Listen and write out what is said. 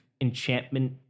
enchantment